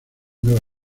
nueva